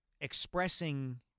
expressing